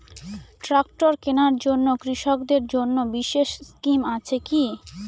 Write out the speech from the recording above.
Tractor কেনার জন্য কৃষকদের জন্য বিশেষ স্কিম আছে কি?